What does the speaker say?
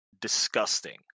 disgusting